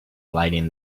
lighting